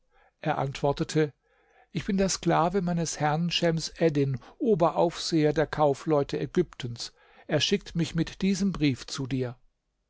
er antwortete ich bin der sklave meines herrn schems eddin oberaufseher der kaufleute ägyptens er schickt mich mit diesem brief zu dir